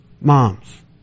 Moms